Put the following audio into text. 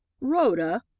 Rhoda